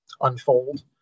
unfold